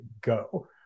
go